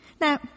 Now